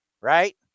Right